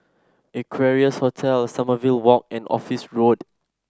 Equarius Hotel Sommerville Walk and Office Road